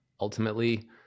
ultimately